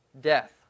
death